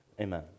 Amen